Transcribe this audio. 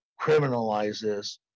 criminalizes